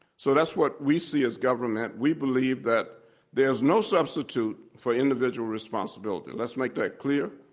so that's what we see as government. we believe that there is no substitute for individual responsibility. let's make that clear.